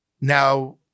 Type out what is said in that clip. Now